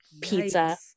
pizza